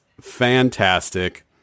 fantastic